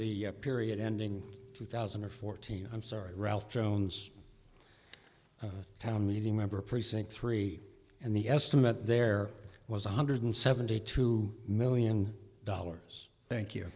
the period ending two thousand and fourteen i'm sorry ralph jones town meeting member precinct three and the estimate there was one hundred seventy two million dollars thank you